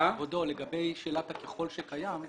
כבודו לגבי שאלת ה-ככל שקיים.